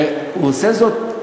והוא עושה זאת,